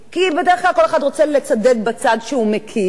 כי בדרך כלל כל אחד רוצה לצדד בצד שהוא מכיר או